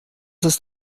ist